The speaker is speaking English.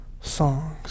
songs